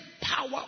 power